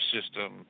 system